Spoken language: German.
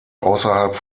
außerhalb